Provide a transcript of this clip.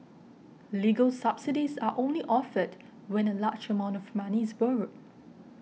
legal subsidies are only offered when a large amount of money is borrowed